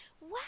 Wow